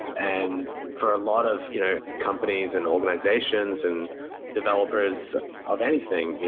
and for a lot of you know companies and organizations and developers of anything,